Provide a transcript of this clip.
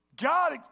God